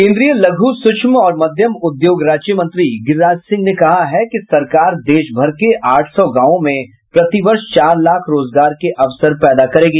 केंद्रीय लघू सूक्ष्म और मध्यम उद्योग राज्य मंत्री गिरिराज सिंह ने कहा है कि सरकार देश भर के आठ सौं गांवों में प्रतिवर्ष चार लाख रोजगार के अवसर पैदा करेगी